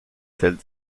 telles